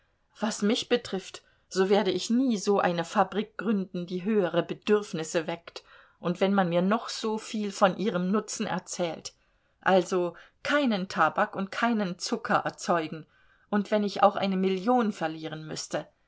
was mich betrifft so werde ich nie so eine fabrik gründen die höhere bedürfnisse weckt und wenn man mir noch soviel von ihrem nutzen erzählt also keinen tabak und keinen zucker erzeugen und wenn ich auch eine million verlieren müßte